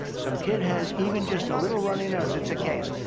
some kid has even just a little runny nose, it's a case,